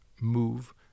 move